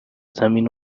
زمین